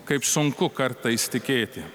kaip sunku kartais tikėti